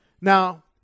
Now